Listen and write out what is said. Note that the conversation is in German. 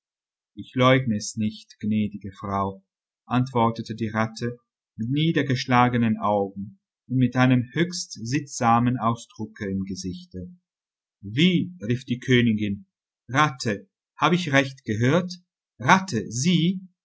ich leugne es nicht gnädige frau antwortete die ratte mit niedergeschlagenen augen und mit einem höchst sittsamen ausdrucke im gesichte wie rief die königin ratte hab ich recht gehört ratte sie